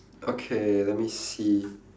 okay let me see